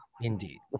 Indeed